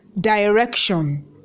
direction